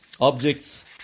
objects